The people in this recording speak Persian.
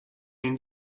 این